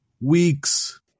weeks